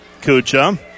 Kucha